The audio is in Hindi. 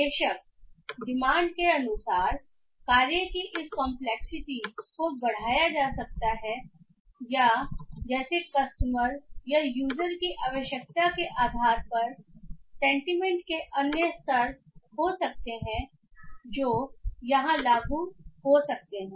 बेशक डिमांड के अनुसार कार्य की इस कंपलेक्सिटी को बढ़ाया जा सकता है या जैसे कस्टमर या यूजर की आवश्यकता के आधार पर सेंटीमेंट के अन्य स्तर हो सकते हैं जो यहां लागू हो सकते हैं